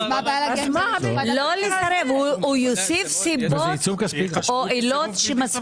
הוא יוסיף סיבות או עילות.